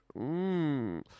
Mmm